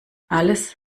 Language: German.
alles